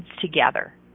together